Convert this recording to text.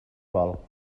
vol